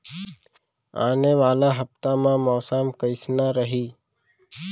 आने वाला हफ्ता मा मौसम कइसना रही?